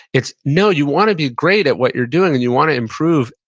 it's, no, you want to be great at what you're doing and you want to improve,